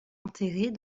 enterrés